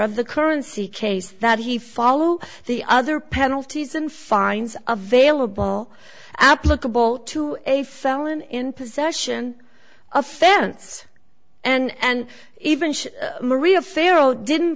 of the currency case that he follow the other penalties and fines of vailable applicable to a felon in possession offense and even maria farrow didn't